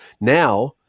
now